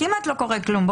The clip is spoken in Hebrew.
כמעט לא קורה כלום.